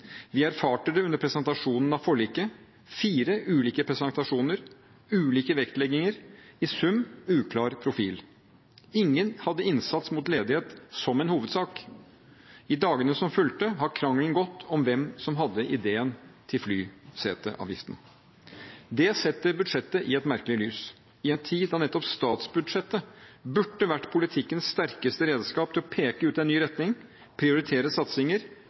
Vi erfarte det under presentasjonen av forliket – fire ulike presentasjoner, ulike vektlegginger, i sum uklar profil. Ingen hadde innsats mot ledighet som en hovedsak. I dagene som fulgte, har krangelen gått om hvem som hadde ideen til flyseteavgiften. Det setter budsjettet i et merkelig lys, i en tid da nettopp statsbudsjettet burde vært politikkens sterkeste redskap til å peke ut en ny retning, prioritere satsinger,